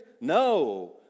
No